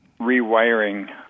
rewiring